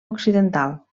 occidental